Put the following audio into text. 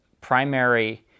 primary